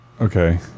Okay